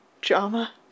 drama